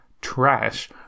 trash